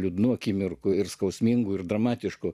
liūdnų akimirkų ir skausmingų ir dramatiškų